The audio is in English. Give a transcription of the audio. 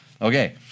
Okay